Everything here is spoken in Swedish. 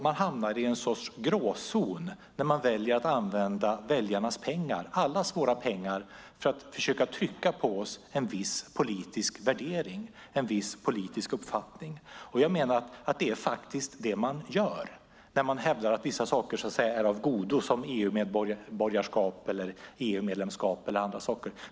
Man hamnar i en sorts gråzon när man väljer att använda väljarnas pengar, allas våra pengar, för att försöka trycka på oss en viss politisk värdering och uppfattning. Det är det man gör när man hävdar att vissa saker är av godo, som EU-medborgarskap, EU-medlemskap eller andra saker.